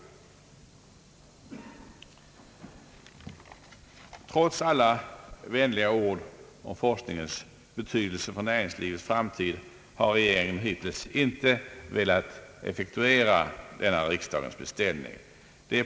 Trots alla vänliga ord om forskningens betydelse för näringslivets framtid har regeringen hittills inte velat effektuera denna riksdagens beställning.